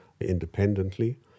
independently